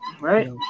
Right